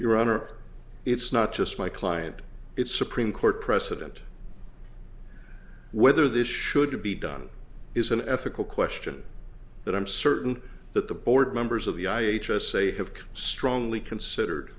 honor it's not just my client it's supreme court precedent whether this should be done is an ethical question that i'm certain that the board members of the i h s say have strongly considered